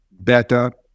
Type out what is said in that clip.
Better